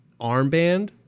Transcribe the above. Armband